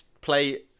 play